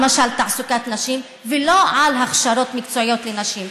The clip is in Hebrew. למשל תעסוקת נשים ולא הכשרות מקצועיות לנשים.